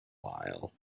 while